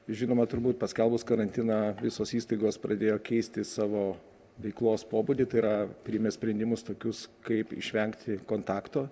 žinoma turbūt paskelbus karantiną visos įstaigos pradėjo keisti savo veiklos pobūdį tai yra priėmė sprendimus tokius kaip išvengti kontakto